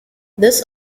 this